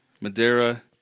Madeira